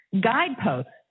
guideposts